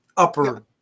upper